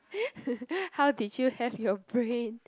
how did you have your brain